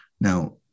Now